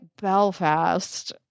Belfast